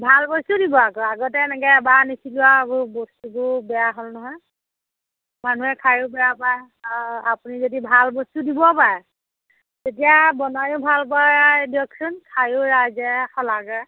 ভাল বস্তু দিব আকৌ আগতে এনেকে এবাৰ আনিছিলোঁ আকৌ বস্তুবোৰ বেয়া হ'ল নহয় মানুহে খায়ো বেয়া পায় অ আপুনি যদি ভাল বস্তু দিব পাৰে তেতিয়া বনায়ো ভাল পাই দিয়কচোন খায়ো ৰাইজে সলাগে